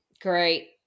Great